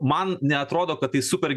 man neatrodo kad tai super